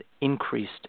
increased